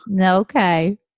Okay